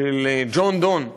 של ג'ון דאן מ-1624,